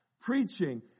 preaching